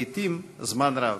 לעתים זמן רב.